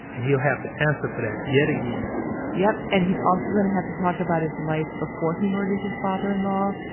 and he'll have to answer for that yet again yep and he's also going to have to talk about his life before he murdered his father-in-law,